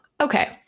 Okay